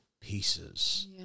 pieces